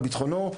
על ביטחונו,